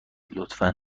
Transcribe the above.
لطفا